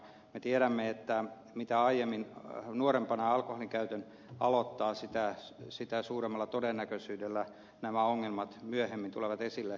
me tiedämme että mitä nuorempana alkoholinkäytön aloittaa sitä suuremmalla todennäköisyydellä nämä ongelmat myöhemmin tulevat esille